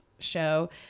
show